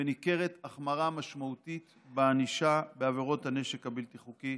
וניכרת החמרה משמעותית בענישה בעבירות הנשק הבלתי-חוקי.